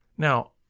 Now